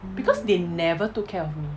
because they never took care of me